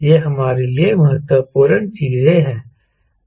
ये हमारे लिए महत्वपूर्ण चीजें हैं